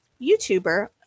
YouTuber